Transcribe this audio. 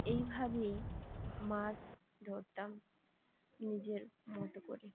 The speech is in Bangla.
এইভাবেই মাছ ধরতাম নিজের মতো করে